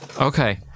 Okay